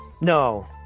no